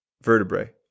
vertebrae